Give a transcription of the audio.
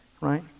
right